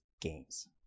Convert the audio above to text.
games